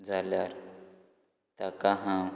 जाल्यार ताका हांव